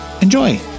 enjoy